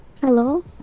Hello